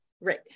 Right